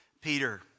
Peter